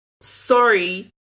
sorry